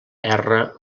erra